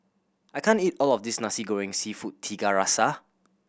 I can't eat all of this Nasi Goreng Seafood Tiga Rasa